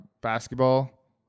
basketball